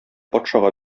патшага